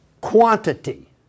quantity